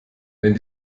wenn